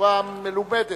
בצורה מלומדת.